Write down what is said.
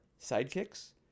sidekicks